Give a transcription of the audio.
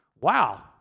wow